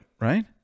right